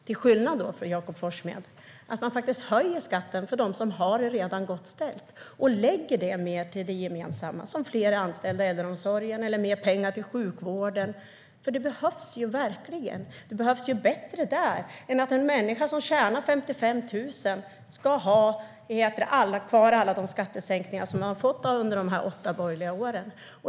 Till skillnad från Jakob Forssmed tycker jag att det är helt rimligt att höja skatten för dem som redan har det gott ställt och att lägga pengarna på det gemensamma, såsom fler anställda i äldreomsorgen eller mer pengar till sjukvården. Pengarna behövs verkligen. De behövs bättre där än att den som tjänar 55 000 ska ha kvar alla de skattesänkningar som man fick under de åtta borgerliga åren.